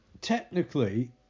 technically